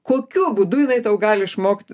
kokiu būdu jinai tau gali išmokt